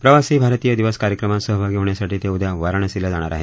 प्रवासी भारतीय दिवस कार्यक्रमात सहभागी होण्यासाठी ते उद्या वाराणसीला जाणार आहेत